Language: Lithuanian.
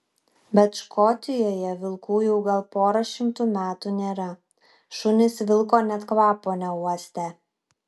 bet škotijoje vilkų jau gal pora šimtų metų nėra šunys vilko net kvapo neuostę